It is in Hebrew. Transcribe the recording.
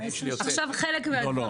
חלק מהדברים,